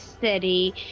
city